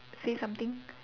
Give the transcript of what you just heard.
say something